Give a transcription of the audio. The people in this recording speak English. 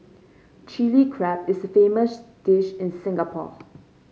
Chilli Crab is a famous dish in Singapore